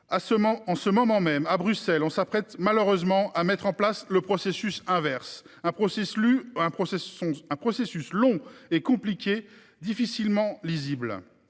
En ce moment même, à Bruxelles, on s'apprête malheureusement à mettre en place le processus inverse, c'est-à-dire un processus long et compliqué, difficilement lisible,